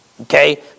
Okay